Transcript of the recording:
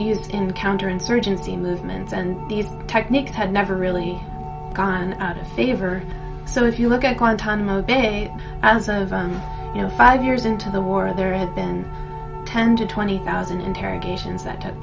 you in counterinsurgency movements these techniques had never really gone out of favor so if you look at guantanamo bay as of a you know five years into the war there have been ten to twenty thousand interrogations that took